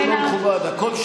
לא מכובד, פשוט לא מכובד.